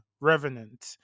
revenant